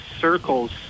circles